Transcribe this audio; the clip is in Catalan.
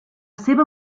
seva